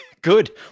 good